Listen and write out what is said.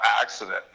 accident